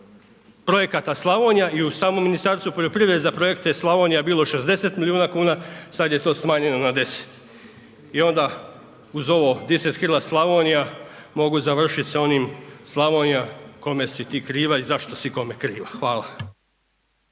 projekata Slavonija. I samom Ministarstvu poljoprivrede za projekte Slavonija je bilo 60 milijuna kuna, sada je to smanjeno na 10. I onda uz ovo di se skrila Slavonija mogu završiti sa onim Slavonija kome si ti kriva i zašto si kome kriva. Hvala.